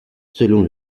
selon